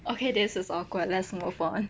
okay this is awkward let's move on